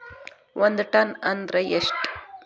ಒಂದ್ ಟನ್ ಅಂದ್ರ ಎಷ್ಟ?